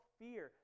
fear